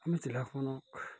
আমি জিলাখনক